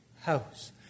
house